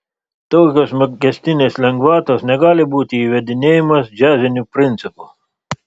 tokios mokestinės lengvatos negali būti įvedinėjamos džiaziniu principu